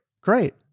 Great